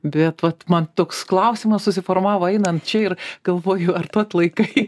bet vat man toks klausimas susiformavo einant čia ir galvoju ar tu atlaikai